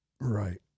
right